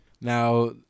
Now